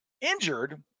injured